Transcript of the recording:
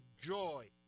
joy